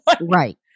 Right